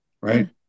right